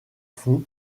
fonds